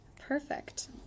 Perfect